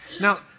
Now